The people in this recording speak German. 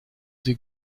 sie